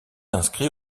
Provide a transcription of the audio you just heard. inscrit